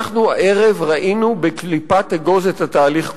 הערב ראינו בקליפת אגוז את התהליך כולו,